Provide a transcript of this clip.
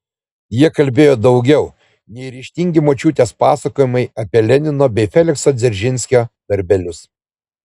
jie kalbėjo daugiau nei ryžtingi močiutės pasakojimai apie lenino bei felikso dzeržinskio darbelius